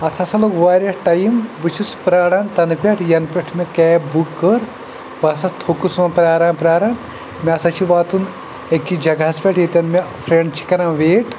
اَتھ ہَسا لوٚگ واریاہ ٹایم بہٕ چھُس پرٛاران تَنہٕ پٮ۪ٹھ یَنہٕ پٮ۪ٹھ مےٚ کیب بُک کٔر بہٕ ہَسا تھوٚکُس وۄنۍ پرٛاران پرٛاران مےٚ ہَسا چھِ واتُن أکِس جَگہَس پٮ۪ٹھ ییٚتٮ۪ن مےٚ فرٛٮ۪نٛڈ چھِ کَران ویٹ